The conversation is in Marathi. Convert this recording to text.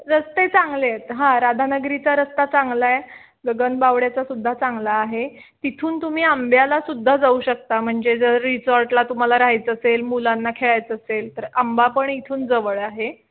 रस्ते चांगले आहेत हां राधानगरीचा रस्ता चांगला आहे गगनबावड्याचासुद्धा चांगला आहे तिथून तुम्ही आंब्यालासुद्धा जाऊ शकता म्हणजे जर रिझॉर्टला तुम्हाला राहायचं असेल मुलांना खेळायचं असेल तर आंबा पण इथून जवळ आहे